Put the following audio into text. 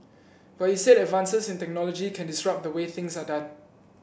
but he said advances in technology can disrupt the way things are done